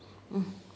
mm